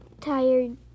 tired